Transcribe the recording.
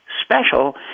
special